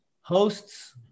hosts